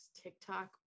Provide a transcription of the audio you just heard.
TikTok